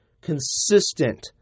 consistent